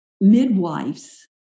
midwives